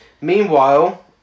Meanwhile